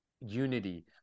unity